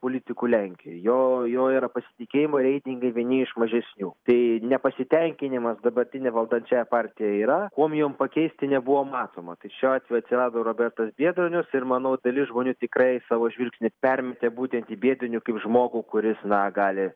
politikų lenkijoj jo jo yra pasitikėjimo reitingai vieni iš mažesnių tai nepasitenkinimas dabartine valdančiąja partija yra kuom jum pakeisti nebuvo matoma tai šiuo atveju atsirado robertas biedronius ir manau dalis žmonių tikrai savo žvilgsnį permetė būtent į biedronių kaip žmogų kuris na gali